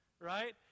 right